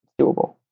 doable